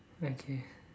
okay